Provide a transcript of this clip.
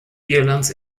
irlands